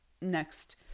next